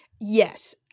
Yes